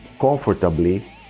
comfortably